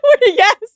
Yes